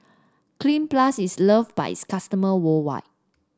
Cleanz Plus is loved by its customer worldwide